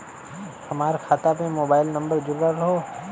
हमार खाता में मोबाइल नम्बर जुड़ल हो?